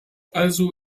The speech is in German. also